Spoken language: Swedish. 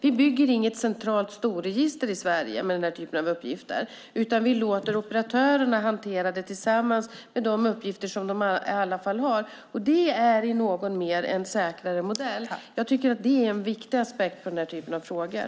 Vi bygger inget centralt storregister i Sverige med den här typen av uppgifter, utan vi låter operatörerna hantera det tillsammans med de uppgifter som de i alla fall har. Det är i någon mening en säkrare modell. Jag tycker att det är en viktig aspekt i den här typen av frågor.